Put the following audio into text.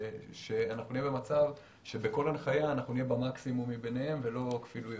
כך שנהיה במצב שבכל הנחיה נהיה במקסימום מבניהם ולא כפילויות.